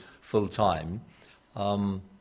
full-time